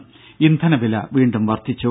ദ്ദേ ഇന്ധന വില വീണ്ടും വർധിച്ചു